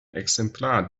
exemplar